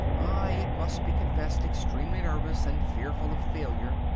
i, it must be confessed, extremely nervous and fearful of failure.